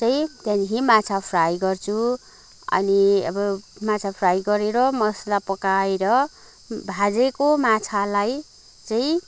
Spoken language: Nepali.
चाहिँ त्याँदेखि माछा फ्राई गर्छु अनि अब माछा फ्राई गरेर मसला पकाएर भाजेको माछालाई चाहिँ